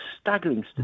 staggering